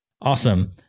awesome